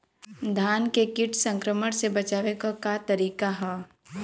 धान के कीट संक्रमण से बचावे क का तरीका ह?